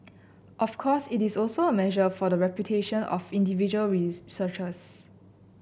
of course it is also a measure for the reputation of individual